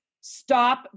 Stop